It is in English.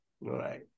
right